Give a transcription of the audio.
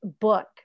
book